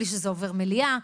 בלי שזה עובר מליאה.